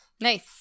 Nice